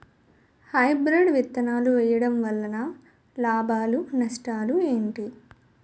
Hybrid విత్తనాలు వేయటం వలన లాభాలు నష్టాలు ఏంటి?